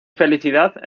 felicidad